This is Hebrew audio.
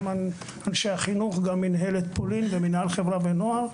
גם אנשי החינוך וגם מינהלת פולין במינהל חברה ונוער,